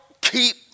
keep